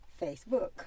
facebook